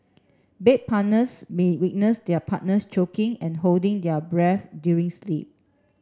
bed partners may witness their partners choking and holding their breath during sleep